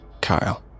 Kyle